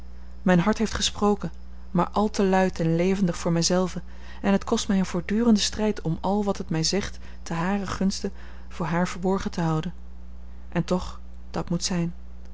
mijn hart heeft gesproken maar al te luid en levendig voor mij zelven en het kost mij een voortdurenden strijd om al wat het mij zegt te haren gunste voor haar verborgen te houden en toch dat moet zijn